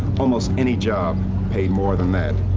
almost any job paid more than that.